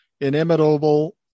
inimitable